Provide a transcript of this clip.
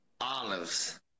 Olives